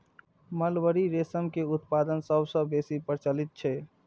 mulberry रेशम के उत्पादन सबसं बेसी प्रचलित छै